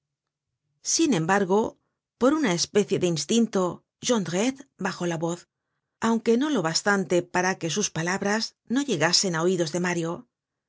sin embargo por una especie de instinto jondrette bajó la voz aunque no lo bastante para que sus palabras no llegasen á oidos de mario